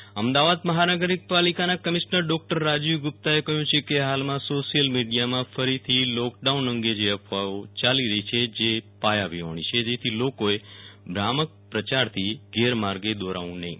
commissioner Ahmedabad મહાનગરપાલિકાના commissioner doctor Rajiv ગુપ્તાએ ક્લાહ્યું છે કે હાલમાં શોશિયલ મીડિથામાં ફરીથી લોકડાઉન અંગે જે અફવાઓ યાલી રહી છે તે પાયા વિહોણી છે જેથી લોકોએ ભ્રામક પ્રચારથી ગેરમાર્ગે દોરવું નહિ